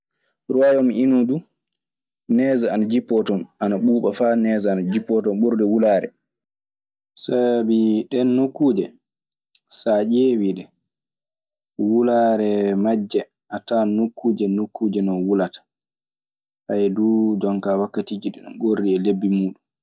Royome uni dun nege ana jipon tone, ana ɓuba fa nege ana jipon tone ɓurde wulare. Saabii ɗeen nokkuuje, so a ƴeewii ɗe. Wulaare majje a tawan nokkuuje nokkuje non wulata. jonkaa wakkatiiji no ngorri e lebbi muuɗun.